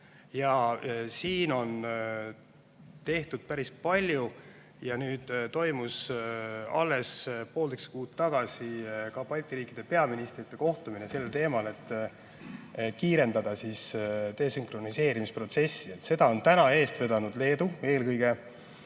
Siin on tehtud päris palju ja alles poolteist kuud tagasi toimus Balti riikide peaministrite kohtumine sel teemal, et kiirendada desünkroniseerimise protsessi. Seda on täna eest vedanud Leedu eelkõige.